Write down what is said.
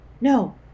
No